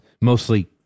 mostly